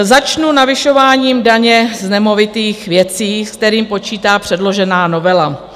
Začnu navyšováním daně z nemovitých věcí, se kterým počítá předložená novela.